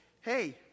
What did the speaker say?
hey